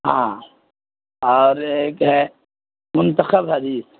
ہاں اور ایک ہے منتخب حدیث